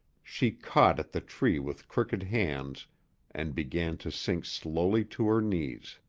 she caught at the tree with crooked hands and began to sink slowly to her knees.